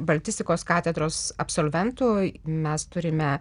baltistikos katedros absolventų mes turime